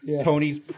Tony's